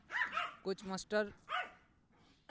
coach master